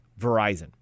Verizon